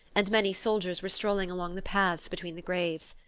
and many soldiers were strolling along the paths between the graves.